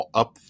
up